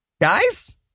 Guys